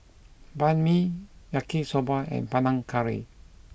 Banh Mi Yaki soba and Panang Curry